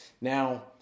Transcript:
Now